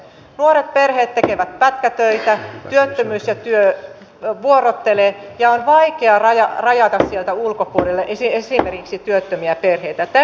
nuoret perheet tekevät pätkätöitä työttömyys ja työ vuorottelevat ja on vaikea rajata sieltä ulkopuolelle esimerkiksi työttömiä perheitä